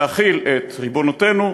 להחיל את ריבונותנו,